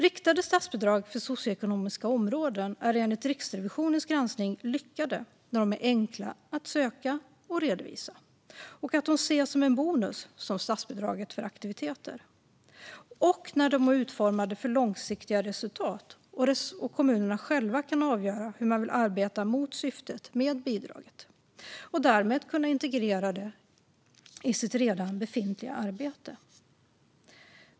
Riktade statsbidrag för socioekonomiskt utsatta områden är enligt Riksrevisionens granskning lyckade när de är enkla att söka och redovisa och ses som en bonus, som statsbidraget för aktiviteter, och när de är utformade för långsiktiga resultat och kommunerna själva kan avgöra hur de vill arbeta med syftet med bidraget och därmed kunna integrera det i sitt redan befintliga arbete.